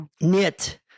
knit